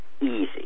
easy